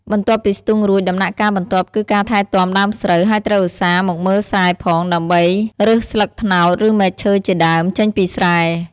បន្ទាប់ពីស្ទូងរួច ដំណាក់កាលបន្ទាប់គឺការថែទាំដើមស្រូវ ហើយត្រូវឧស្សាហ៍មកមើលស្រែផង ដើម្បីរើសស្លឹកត្នោត ឬមែកឈើជាដើម ចេញពីស្រែ។